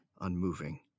unmoving